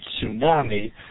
tsunami